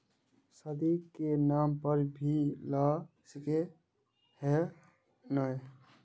शादी के नाम पर भी ला सके है नय?